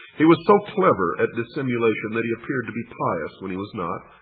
he was so clever at dissimulation that he appeared to be pious when he was not,